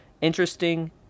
interesting